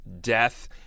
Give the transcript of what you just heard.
death